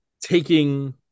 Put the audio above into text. taking